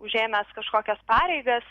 užėmęs kažkokias pareigas